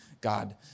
God